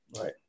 right